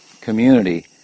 community